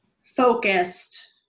focused